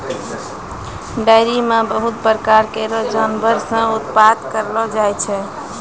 dairy म बहुत प्रकार केरो जानवर से उत्पादन करलो जाय छै